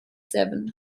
devon